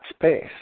space